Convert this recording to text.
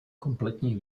kompletní